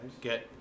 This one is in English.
get